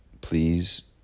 please